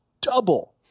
double